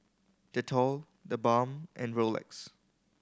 Dettol TheBalm and Rolex